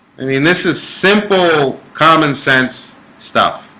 i mean this is simple common-sense stuff